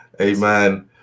amen